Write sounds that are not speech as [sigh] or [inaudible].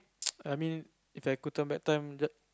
[noise] I mean If I could turn back time